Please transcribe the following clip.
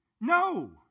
No